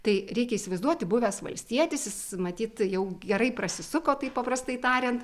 tai reikia įsivaizduoti buvęs valstietis jis matyt jau gerai prasisuko taip paprastai tariant